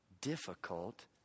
difficult